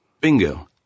Bingo